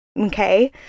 Okay